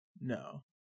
No